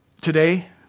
today